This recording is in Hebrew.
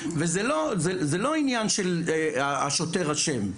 וזה לא עניין של השוטר אשם,